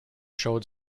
showed